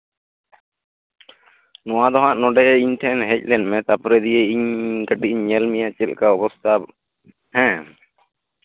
ᱱᱚᱣᱟ ᱫᱚᱦᱟᱜ ᱤᱧ ᱴᱷᱮᱱ ᱦᱮᱡ ᱞᱮᱱ ᱢᱮ ᱛᱟᱨᱯᱚᱨᱮ ᱫᱤᱭᱮ ᱤᱧ ᱠᱟᱹᱴᱤᱡ ᱤᱧ ᱧᱮᱞ ᱢᱮᱭᱟ ᱪᱮᱫ ᱞᱮᱠᱟ ᱚᱵᱚᱥᱛᱷᱟ ᱦᱮᱸ